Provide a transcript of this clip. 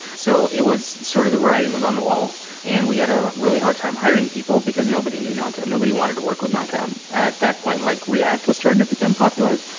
so it was sort of the writing was on the wall and we had a really hard time hiring people, because nobody knew knockout. nobody wanted to work with knockout. at that point, like react was starting to become popular,